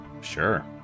Sure